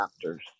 chapters